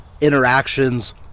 interactions